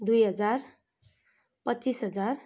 दुई हजार पच्चिस हजार